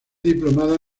diplomado